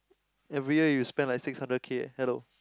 every year you spend like six hundred K eh hello